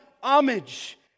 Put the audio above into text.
homage